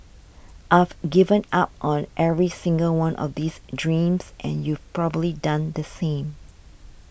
I've given up on every single one of these dreams and you've probably done the same